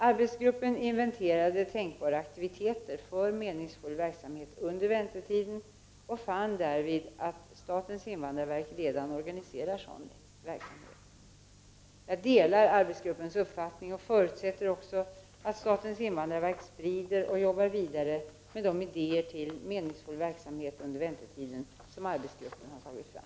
Arbetsgruppen inventerade tänkbara aktiviteter för meningsfull verksamhet under väntetiden och fann därvid att statens invandrarverk redan organiserar sådan verksamhet. Jag delar arbetsgruppens uppfattning och förutsätter också att statens invandrarverk sprider och arbetar vidare med de idéer till meningsfull verksamhet under väntetiden som arbetsgruppen har tagit fram.